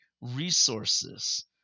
resources